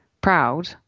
proud